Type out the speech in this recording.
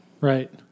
Right